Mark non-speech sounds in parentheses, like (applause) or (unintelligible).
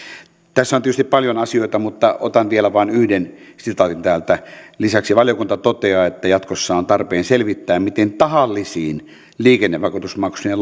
tässä on tietysti paljon asioita mutta otan vielä vain yhden sitaatin täältä lisäksi valiokunta toteaa että jatkossa on tarpeen selvittää miten tahallisiin liikennevakuutusmaksujen (unintelligible)